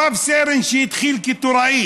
הרב-סרן שהתחיל כטוראי